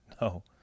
no